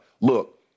Look